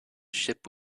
ship